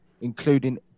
including